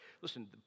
Listen